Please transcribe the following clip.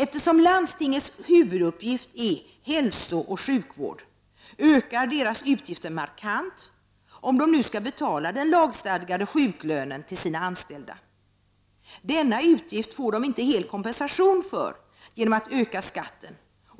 Eftersom landstingens huvuduppgift är hälsooch sjukvård, ökar deras utgifter markant om de nu skall betala den lagstadgade sjuklönen till sina anställda. Denna utgift får de inte hel kompensation för genom att öka skatten.